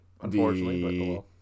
unfortunately